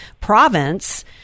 province